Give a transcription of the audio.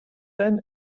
ten